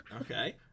Okay